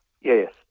Yes